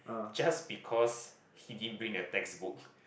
just because he didn't bring the textbook